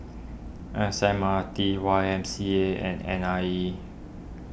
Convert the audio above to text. S M R T Y M C A and N I E